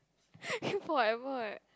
forever